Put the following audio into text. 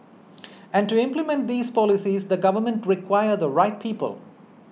and to implement these policies the government require the right people